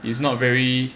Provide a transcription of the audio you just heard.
it's not very